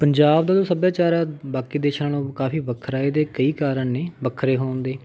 ਪੰਜਾਬ ਦਾ ਸੱਭਿਆਚਾਰ ਬਾਕੀ ਦੇਸ਼ਾਂ ਨਾਲ਼ੋਂ ਕਾਫ਼ੀ ਵੱਖਰਾ ਏ ਇਹਦੇ ਕਈ ਕਾਰਨ ਨੇ ਵੱਖਰੇ ਹੋਣ ਦੇ